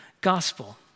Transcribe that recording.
gospel